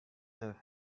neuf